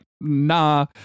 nah